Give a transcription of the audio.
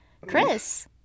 Chris